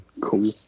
cool